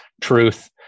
truth